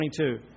22